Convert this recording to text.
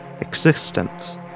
existence